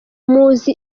muzi